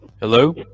Hello